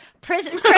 prison